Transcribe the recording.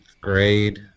grade